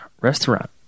restaurant